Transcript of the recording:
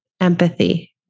Empathy